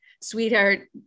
sweetheart